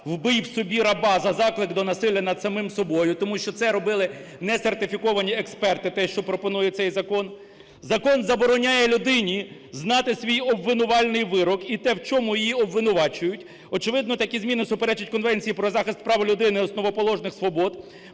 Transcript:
"вбий в собі раба", за заклик до насилля над самим собою. Тому що це робили не сертифіковані експерти, те, що пропонує цей закон. Закон забороняє людині знати свій обвинувальний вирок і те в чому її обвинувачують. Очевидно такі зміни суперечать Конвенції про захист прав людини, основоположних свобод.